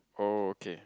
oh okay